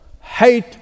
hate